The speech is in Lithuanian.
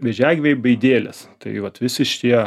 vėžiagyviai bei dėlės taip vat visi šie